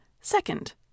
Second